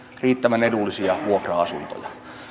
riittävän edullisia vuokra asuntoja